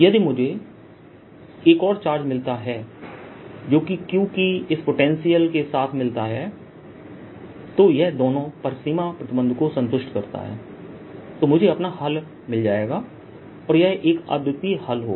यदि मुझे एक और चार्ज मिलता है जो कि q की इस पोटेंशियल के साथ मिलता है तो यह दोनों परिसीमा प्रतिबंध को संतुष्ट करता है तो मुझे अपना हल मिल जाएगा और यह एक अद्वितीय हल होगा